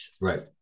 Right